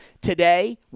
today